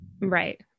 Right